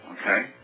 Okay